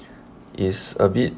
is a bit